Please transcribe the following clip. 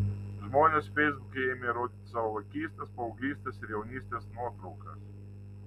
žmonės feisbuke ėmė rodyti savo vaikystės paauglystės ir jaunystės nuotraukas